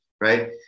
Right